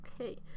Okay